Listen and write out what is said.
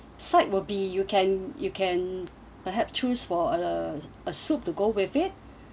site will be you can you can perhaps choose for a a soup to go with it